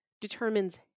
determines